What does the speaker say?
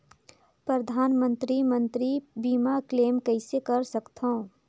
परधानमंतरी मंतरी बीमा क्लेम कइसे कर सकथव?